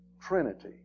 trinity